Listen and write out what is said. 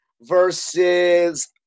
versus